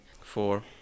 Four